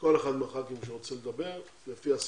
כל אחד מחברי הכנסת שרוצה לדבר, לפי הסדר,